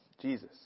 Jesus